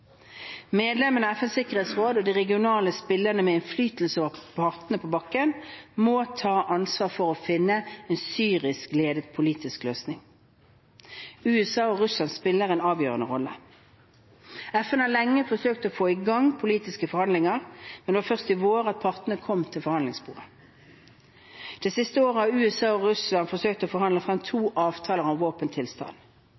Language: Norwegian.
Medlemmene av FNs sikkerhetsråd og regionale spillere med innflytelse over partene på bakken må ta ansvar for å finne en syrisk ledet politisk løsning. USA og Russland spiller en avgjørende rolle. FN har lenge forsøkt å sette i gang politiske forhandlinger, men det var først i vår at partene kom til forhandlingsbordet. Det siste året har USA og Russland forsøkt å forhandle frem